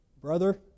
Brother